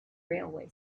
railway